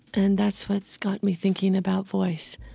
and that's what's got me thinking about voice.